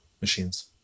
machines